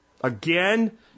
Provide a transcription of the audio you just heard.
Again